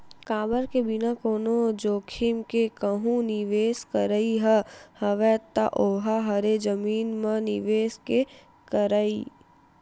काबर के बिना कोनो जोखिम के कहूँ निवेस करई ह हवय ता ओहा हरे जमीन म निवेस के करई